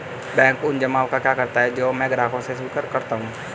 Bank उन जमाव का क्या करता है जो मैं ग्राहकों से स्वीकार करता हूँ?